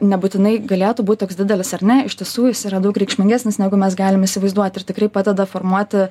nebūtinai galėtų būt toks didelis ar ne iš tiesų jis yra daug reikšmingesnis negu mes galim įsivaizduot ir tikrai padeda formuoti